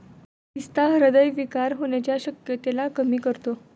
पिस्ता हृदय विकार होण्याच्या शक्यतेला कमी करतो